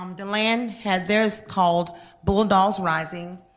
um deland had theirs called bulldogs rising.